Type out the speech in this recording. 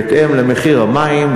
בהתאם למחיר המים,